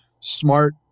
smart